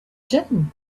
gin